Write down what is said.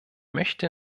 möchte